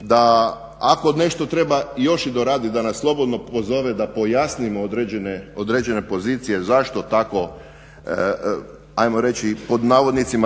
da ako nešto treba još i doradit da nas slobodno pozove da pojasnimo određene pozicije zašto tako ajmo reći